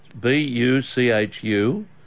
B-U-C-H-U